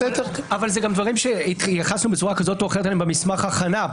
אבל אלה גם דברים שהתייחסנו בצורה כזו או אחרת במסמך ההכנה,